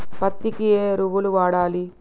పత్తి కి ఏ ఎరువులు వాడాలి?